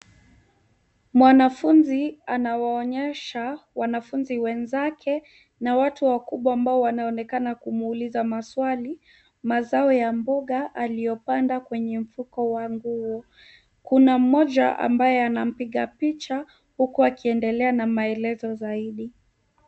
Mwanafunzi anawaonyesha wanafunzi wenzake na watu wakubwa ambao wanaonekana kumuuliza maswali. Mazao ya mboga aliyopanda kwenye mfuko wa nguo. Kuna mmoja ambaye anampiga picha huku akiendelea na maelezo